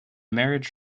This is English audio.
marriage